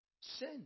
Sin